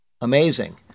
Amazing